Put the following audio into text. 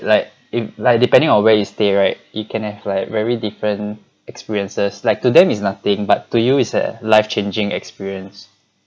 like if like depending on where you stay right it can have like very different experiences like to them is nothing but to you it's a life changing experience